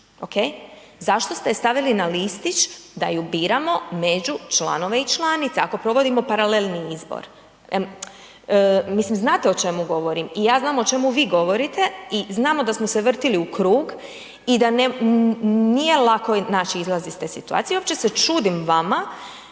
zašto ste je stavili na listić da ju biramo među članove i članice ako provodimo paralelni izbor. Mislim znate o čemu govorim i ja znam o čemu vi govorite i znamo da smo se vrtili u krug i da nije lako naći izlaz iz te situacije, uopće se čudim vama